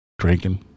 Drinking